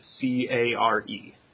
C-A-R-E